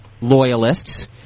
loyalists